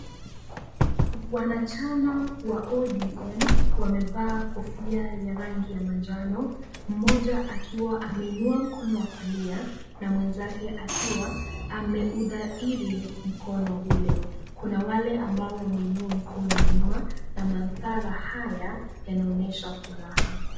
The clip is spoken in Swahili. Wanachama wa ODM wamevaa kofia ya rangi ya manjano mmoja akiwa ameinua mkono wa kulia na mwenzake akiwa ameudhairi mkono ule. Kuna wale ambao wameinua mkono nyuma na mandhara haya yanaonyesha furaha.